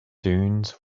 dunes